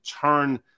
turn